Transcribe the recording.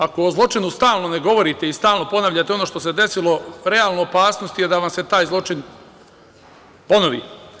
Ako o zločinu stalno ne govorite i stalno ne ponavljate ono što se desilo, realna je opasnost da vam se taj zločin ponovi.